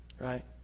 Right